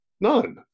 None